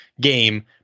game